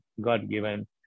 God-given